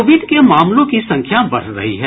Covid के मामलों की संख्या बढ़ रही है